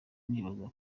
nibaza